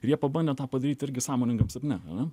ir jie pabandė tą padaryti irgi sąmoningam sapne ar ne